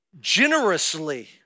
Generously